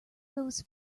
goes